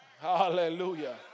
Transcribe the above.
Hallelujah